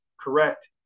correct